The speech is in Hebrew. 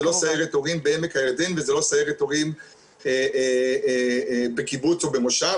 זה לא סיירת הורים בעמק הירדן וזה לא סיירת הורים בקיבוץ או במושב.